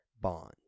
Bond